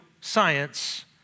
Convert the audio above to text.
science